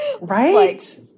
Right